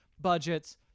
budgets